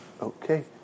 Okay